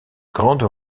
grande